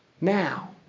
now